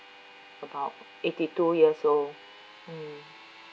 about eighty two years old mm